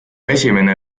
esimene